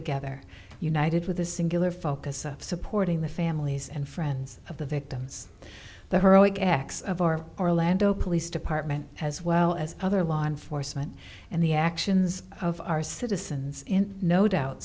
together united with a singular focus of supporting the families and friends of the victims but her ex of our orlando police department as well as other law enforcement and the actions of our citizens in no doubt